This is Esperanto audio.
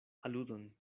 aludon